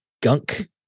Gunk